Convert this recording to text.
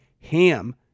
HAM